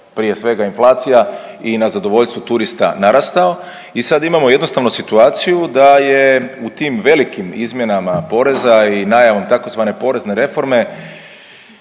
prije svega inflacija i na zadovoljstvo turista narastao. I sad imamo jednostavno situaciju da je u tim velikim izmjenama poreza i najavom tzv. porezne reforme